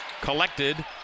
collected